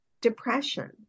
depression